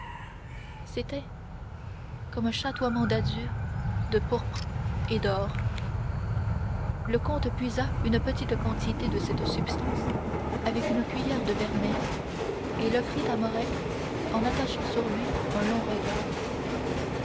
c'était comme un chatoiement d'azur de pourpre et d'or le comte puisa une petite quantité de cette substance avec une cuiller de vermeil et l'offrit à morrel en attachant sur lui un long regard